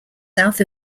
south